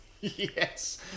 Yes